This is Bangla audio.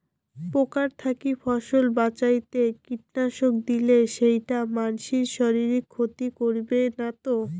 পোকার থাকি ফসল বাঁচাইতে কীটনাশক দিলে সেইটা মানসির শারীরিক ক্ষতি করিবে না তো?